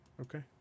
Okay